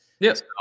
yes